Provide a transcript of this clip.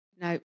no